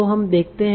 तो हम देखते हैं